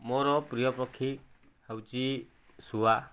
ମୋର ପ୍ରିୟ ପକ୍ଷୀ ହେଉଛି ଶୁଆ